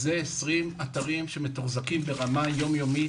זה 20 אתרים שמתוחזקים ברמה יום יומית,